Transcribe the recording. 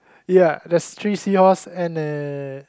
ya there's three seahorse and the